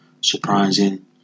surprising